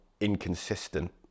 inconsistent